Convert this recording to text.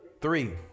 Three